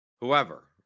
whoever